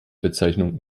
bezeichnung